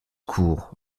cour